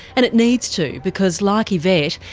and it needs to because, like yvette,